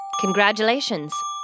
Congratulations